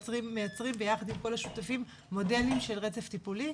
מייצרים ביחד עם כל השותפים מודלים של רצף טיפולי.